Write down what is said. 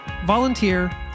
volunteer